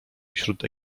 wśród